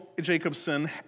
Jacobson